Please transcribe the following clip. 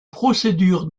procédures